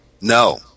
No